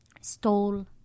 stole